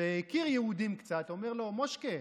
שהכיר קצת יהודים, אומר לו: מושק'ה,